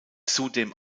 zudem